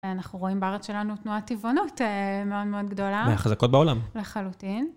אנחנו רואים בארץ שלנו תנועת טבעונות מאוד מאוד גדולה. מהחזקות בעולם. לחלוטין.